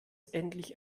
endlich